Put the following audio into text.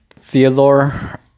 theodore